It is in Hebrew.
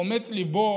אומץ ליבו